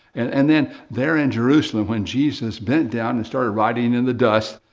and then, they're in jerusalem, when jesus bent down and started writing in the dust,